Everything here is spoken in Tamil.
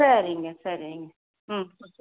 சரிங்க சரிங்க ம் ஓகே